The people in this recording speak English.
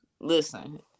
listen